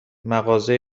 مغازه